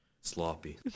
sloppy